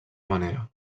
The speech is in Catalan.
manera